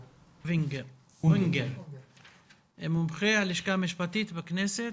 אונגר, מומחה הלשכה המשפטית בכנסת.